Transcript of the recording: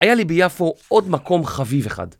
‫היה לי ביפו עוד מקום חביב אחד.